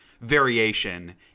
variation